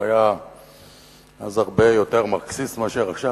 הוא היה אז הרבה יותר מרקסיסט מאשר עכשיו,